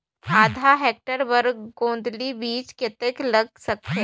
आधा हेक्टेयर बर गोंदली बीच कतेक लाग सकथे?